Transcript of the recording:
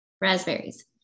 raspberries